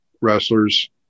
wrestlers